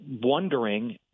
wondering